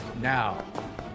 Now